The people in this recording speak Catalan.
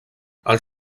els